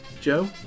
Joe